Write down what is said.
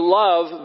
love